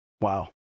Wow